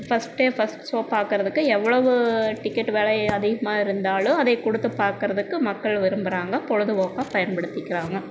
first day first show பார்க்கறதுக்கு எவ்வளவு ticket விலை அதிகமாக இருந்தாலும் அதை கொடுத்து பார்க்கறதுக்கு மக்கள் விரும்புகிறாங்க பொழுதுபோக்கா பயன்படுத்திக்கிறாங்க